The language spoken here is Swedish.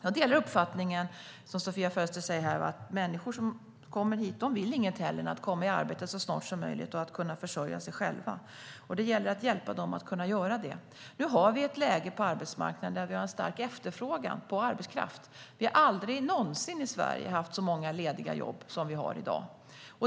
Jag delar den uppfattning som Sofia Fölster för fram att människor som kommer hit inte vill något hellre än att komma i arbete så snart som möjligt och kunna försörja sig själva. Det gäller att hjälpa dem att kunna göra det. Nu har vi ett läge på arbetsmarknaden där vi har stark efterfrågan på arbetskraft. Vi har aldrig någonsin i Sverige haft så många lediga jobb som vi har i dag.